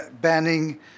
banning